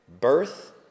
birth